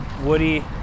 woody